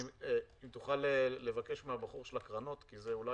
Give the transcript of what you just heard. אם תוכל לבקש מהבחור של הקרנות, כי זה חלק